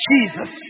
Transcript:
Jesus